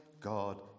God